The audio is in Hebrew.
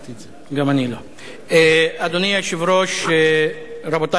אדוני היושב-ראש, רבותי חברי הכנסת,